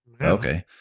Okay